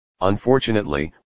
unfortunately